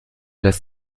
lässt